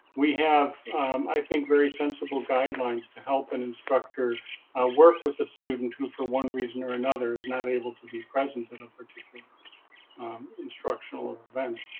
we have i think very sensible guidelines to help an instructor work with a student who for one reason or another is not able to be present at a particular instructional event.